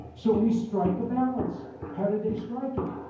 so we strike a balance. how did they strike it?